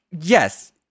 yes